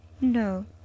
No